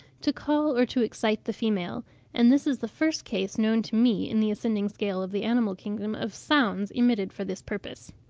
to call or to excite the female and this is the first case known to me in the ascending scale of the animal kingdom of sounds emitted for this purpose.